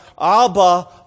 Abba